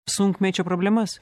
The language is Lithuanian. sunkmečio problemas